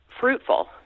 fruitful